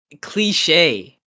cliche